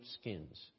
skins